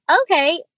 okay